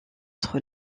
trop